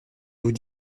vous